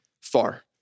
far